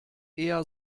eher